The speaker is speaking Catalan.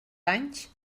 anys